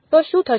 તો શું થશે